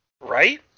Right